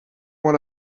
what